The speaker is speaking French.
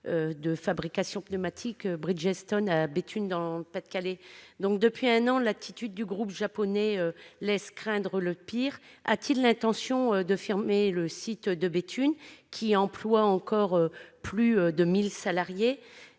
de fabrication de pneumatiques Bridgestone situé à Béthune, dans le Pas-de-Calais. Depuis un an, l'attitude du groupe japonais laisse craindre le pire. A-t-il l'intention de fermer le site de Béthune, qui emploie encore plus de 1 000 salariés ?